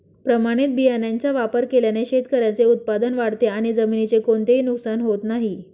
प्रमाणित बियाण्यांचा वापर केल्याने शेतकऱ्याचे उत्पादन वाढते आणि जमिनीचे कोणतेही नुकसान होत नाही